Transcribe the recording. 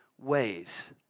ways